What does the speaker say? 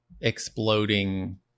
exploding